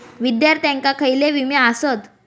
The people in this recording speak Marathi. विद्यार्थ्यांका खयले विमे आसत?